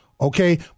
Okay